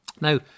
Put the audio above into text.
Now